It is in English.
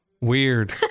Weird